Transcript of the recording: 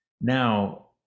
Now